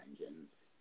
engines